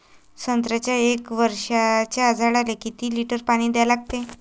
संत्र्याच्या एक वर्षाच्या झाडाले किती लिटर पाणी द्या लागते?